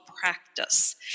practice